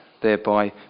thereby